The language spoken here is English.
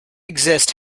exist